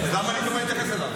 לא היו החלטות סבירות?